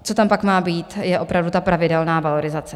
Co tam ale pak má být, je opravdu pravidelná valorizace.